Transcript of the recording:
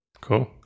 cool